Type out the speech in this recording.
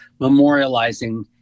memorializing